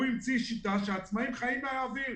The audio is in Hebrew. הוא המציא שיטה שהעצמאים חיים מהאוויר.